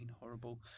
horrible